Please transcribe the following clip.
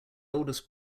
oldest